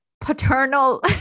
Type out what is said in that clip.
paternal